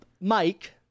Mike